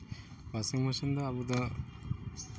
washing machine ᱫᱚ ᱟᱵᱚ ᱫᱚ